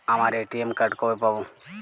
আমার ATM card কবে পাব?